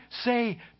say